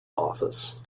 office